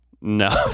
No